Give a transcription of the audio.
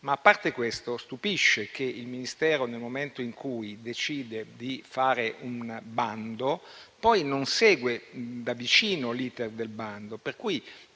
A parte questo stupisce che il Ministero, nel momento in cui decide di fare un bando, poi non segua da vicino l'*iter* del bando stesso.